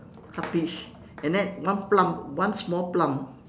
half peach and then one plum one small plum